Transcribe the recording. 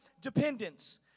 dependence